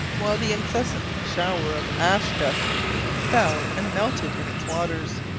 while the incessant shower of ash-dust fell and melted in its waters.